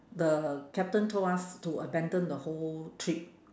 the captain told us to abandon the whole trip